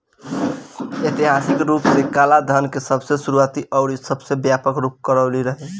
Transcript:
ऐतिहासिक रूप से कालाधान के सबसे शुरुआती अउरी सबसे व्यापक रूप कोरवी रहे